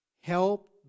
Help